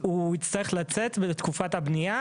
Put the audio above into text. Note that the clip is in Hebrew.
הוא יצטרך לצאת לתקופה הבנייה,